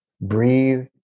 Breathe